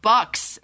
Bucks